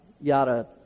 yada